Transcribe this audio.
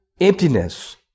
emptiness